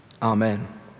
Amen